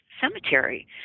Cemetery